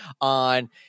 on